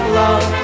love